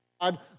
God